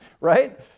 right